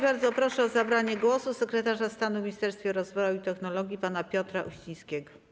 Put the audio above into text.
Bardzo proszę o zabranie głosu sekretarza stanu w Ministerstwie Rozwoju i Technologii pana Piotra Uścińskiego.